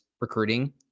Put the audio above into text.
recruiting